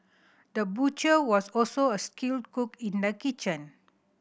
the butcher was also a skilled cook in the kitchen